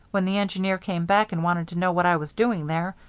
when the engineer came back and wanted to know what i was doing there,